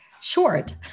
short